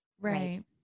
Right